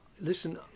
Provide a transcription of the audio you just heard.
listen